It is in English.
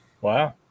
Wow